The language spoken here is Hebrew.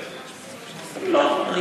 אני